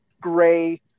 gray